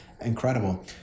incredible